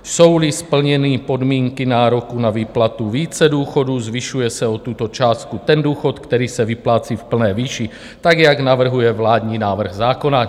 Jsouli splněny podmínky nároku na výplatu více důchodů, zvyšuje se o tuto částku ten důchod, který se vyplácí v plné výši tak, jak navrhuje vládní návrh zákona.